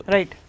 Right।